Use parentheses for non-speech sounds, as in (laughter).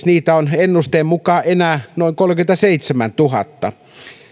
(unintelligible) niitä on ennusteen mukaan enää noin kolmekymmentäseitsemäntuhatta